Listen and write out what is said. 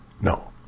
No